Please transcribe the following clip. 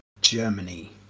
Germany